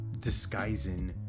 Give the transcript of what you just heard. disguising